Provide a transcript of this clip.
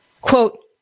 quote